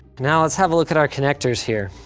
now let's have a look at our connectors here.